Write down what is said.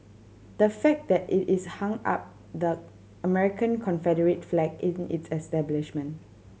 the fact that it is hung up the American Confederate flag in its establishment